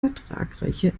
ertragreiche